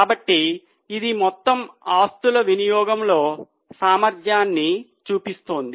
కాబట్టి ఇది మొత్తం ఆస్తుల వినియోగంలో సామర్థ్యాన్ని చూపుతోంది